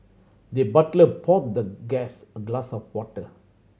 the butler poured the guest a glass of water